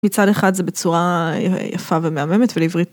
מצד אחד זה בצורה יפה ומהממת ולעברית...